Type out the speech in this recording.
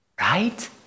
Right